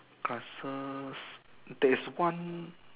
castle there is one